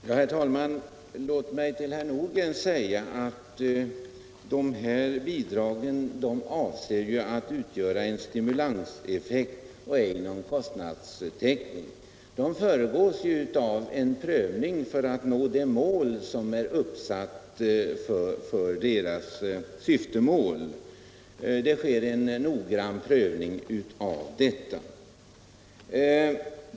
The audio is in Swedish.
Herr talman! Får jag säga till herr Nordgren att det bidrag som han talar om är avsett som en stimulanseffekt, inte som någon kostnadstäckning. Det föregås av en prövning för att nå det avsedda målet med bidraget, och den är som sagt noggrann.